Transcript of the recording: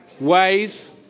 Ways